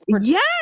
yes